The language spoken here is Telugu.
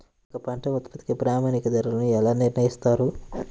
మా యొక్క పంట ఉత్పత్తికి ప్రామాణిక ధరలను ఎలా నిర్ణయిస్తారు?